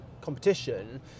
competition